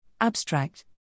Abstract